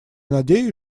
надеюсь